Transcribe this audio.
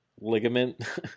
Ligament